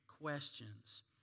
questions